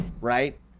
right